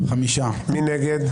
מי נגד?